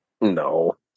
No